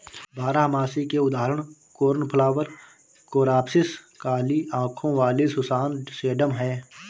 बारहमासी के उदाहरण कोर्नफ्लॉवर, कोरॉप्सिस, काली आंखों वाली सुसान, सेडम हैं